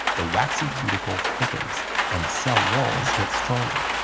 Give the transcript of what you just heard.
the waxy cuticle thickens and cell walls get stronger.